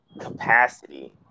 capacity